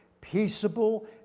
peaceable